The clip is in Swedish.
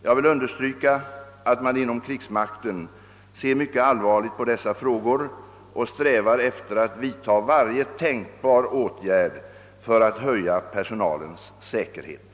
Jag vill understryka att man inom krigsmakten ser mycket allvarligt på dessa frågor och strävar efter att vidta varje tänkbar åtgärd för att höja personalens säkerhet.